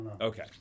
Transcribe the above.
okay